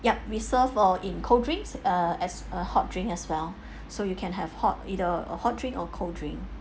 yup we serve uh in cold drinks err as a hot drink as well so you can have hot either a hot or cold drink